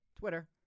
Twitter